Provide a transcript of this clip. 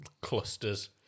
clusters